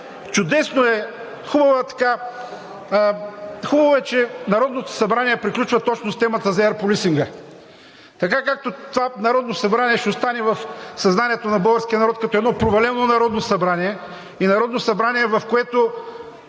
чудесно, хубаво е, че Народното събрание приключва точно с темата за Air Policing-а. Така както това Народно събрание ще остане в съзнанието на българския народ като едно провалено Народно събрание и Народно събрание, в което